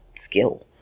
skill